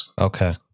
Okay